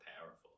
powerful